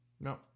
No